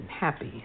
happy